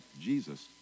Jesus